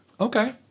Okay